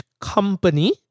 company